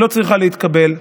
היא לא צריכה להתקבל.